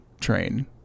train